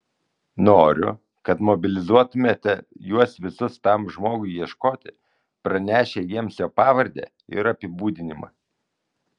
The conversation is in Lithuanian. noriu kad mobilizuotumėte juos visus tam žmogui ieškoti pranešę jiems jo pavardę ir apibūdinimą